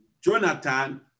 Jonathan